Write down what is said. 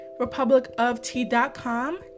republicoftea.com